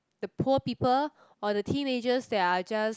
the poor people or the teenagers they are just